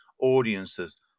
audiences